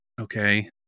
okay